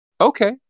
okay